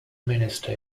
minister